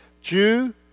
Jew